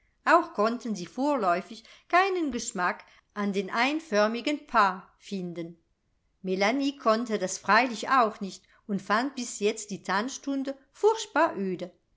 auch konnten sie vorläufig keinen geschmack an den einförmigen pas finden melanie konnte das freilich auch nicht und fand bis jetzt die tanzstunde furchtbar öde